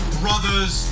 brother's